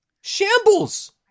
Shambles